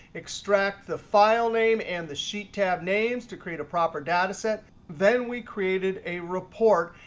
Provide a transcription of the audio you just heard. extract the file name and the sheet tab names to create a proper data set. then we created a report.